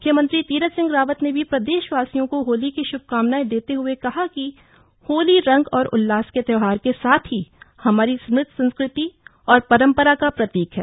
म्ख्यमंत्री तीरथ सिंह रावत ने भी प्रदेशवासियों को होली की श्भकामनाएं देते हए कहा कि होली रंग और उल्लास के त्यौहार के साथ ही हमारी समृद्ध संस्कृति और परंपरा का प्रतीक है